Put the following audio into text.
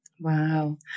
Wow